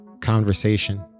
conversation